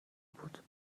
بود